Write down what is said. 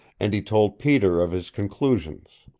and he told peter of his conclusions.